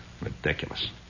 Ridiculous